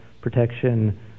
protection